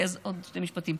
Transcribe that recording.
סליחה, אז עוד שני משפטים.